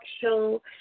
show